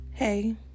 Hey